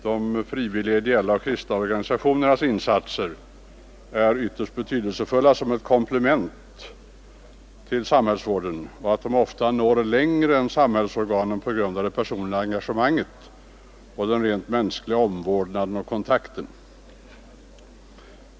De frivilliga ideella och kristna organisationernas insats är ytterst betydelsefull som ett komplement till sam hällsvården, och de når ofta längre än samhällsorganen på grund av det personliga engagemanget och den rent mänskliga omvårdnaden och kontakten.